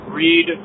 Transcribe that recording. read